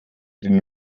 den